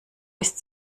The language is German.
ist